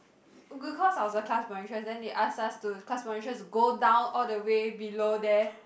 cause I was the class monitress then they ask us to class monitress to go down all the way below there